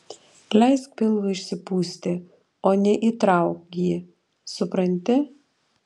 leisk pilvui išsipūsti o ne įtrauk jį supranti